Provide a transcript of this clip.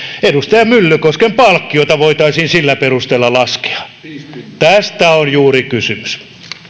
edustaja myllykosken palkkiota voitaisiin sillä perusteella laskea tästä on juuri kysymys